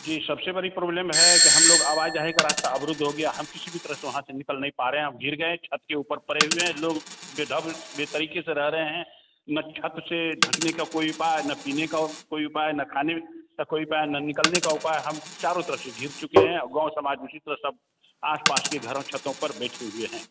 जी सबसे बड़ी प्रॉब्लम है कि हम लोग आवा जाही का रास्ता अवरुद्ध हो गया है हम किसी भी तरह से वहाँ से निकल नहीं पा रहे हैं हम घिर गए छत के ऊपर पड़े हुए हैं लोग वैध बेतरीक़े से रह रहें हैं ना मतलब छत से ढकने का कोई उपाय है ना पीने का कोई उपाय ना खाने का कोई उपाय ना निकलने का उपाय हम चारों तरफ़ से घिर चुके हैं और गाँव समाज इसी तरह सब आस पास के घरों छतों पर बैठे हुए हैं